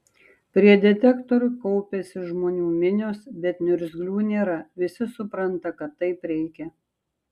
prie detektorių kaupiasi žmonių minios bet niurzglių nėra visi supranta kad taip reikia